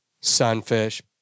sunfish